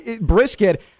brisket